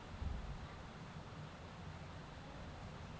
call টাকার উপর কি সুদের হার হবেক সেট দ্যাখাত